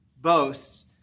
boasts